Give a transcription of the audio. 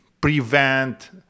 prevent